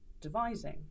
devising